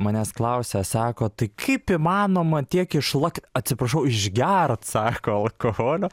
manęs klausia sako tai kaip įmanoma tiek išlakt atsiprašau išgert sako alkoholio